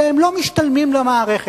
שהם לא משתלמים למערכת.